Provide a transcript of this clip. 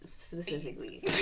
specifically